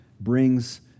brings